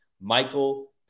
Michael